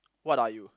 what are you